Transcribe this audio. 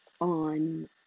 on